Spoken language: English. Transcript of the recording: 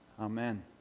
Amen